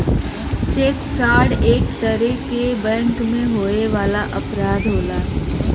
check fraud एक तरे क बैंक में होए वाला अपराध होला